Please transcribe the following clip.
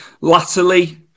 latterly